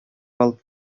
алып